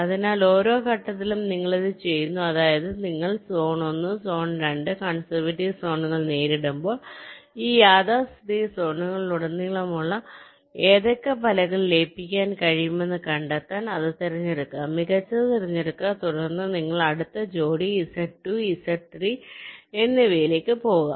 അതിനാൽ ഓരോ ഘട്ടത്തിലും നിങ്ങൾ ഇത് ചെയ്യുന്നു അതായത് നിങ്ങൾ സോൺ 1 സോൺ 2 കൺസർവേറ്റീവ് സോണുകൾ നേരിടുമ്പോൾ ഈ യാഥാസ്ഥിതിക സോണുകളിലുടനീളമുള്ള ഏതൊക്കെ വലകൾ ലയിപ്പിക്കാൻ കഴിയുമെന്ന് കണ്ടെത്താൻ അത് തിരഞ്ഞെടുക്കുക മികച്ചത് തിരഞ്ഞെടുക്കുക തുടർന്ന് നിങ്ങൾ അടുത്ത ജോഡി Z 2 Z 3 എന്നിവയിലേക്ക് പോകുക